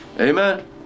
Amen